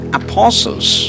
apostles